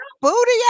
Booty